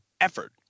effort